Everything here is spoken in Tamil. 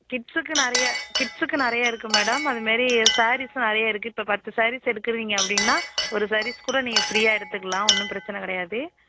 கிட்ஸுக்கு நிறைய கிட்ஸுக்கு நிறைய இருக்குது மேடம் அதுமாரி சாரீஸும் நிறைய இருக்குது இப்போ பத்து சாரீஸ் எடுக்குறீங்க அப்படின்னா ஒரு சாரீஸ் கூட நீங்கள் ஃப்ரீயாக எடுத்துக்கலாம் ஒன்றும் பிரச்சனை கிடையாது